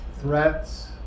threats